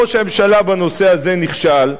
ראש הממשלה בנושא הזה נכשל,